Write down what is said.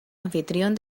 anfitrión